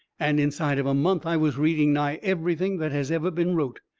and inside of a month i was reading nigh everything that has ever been wrote.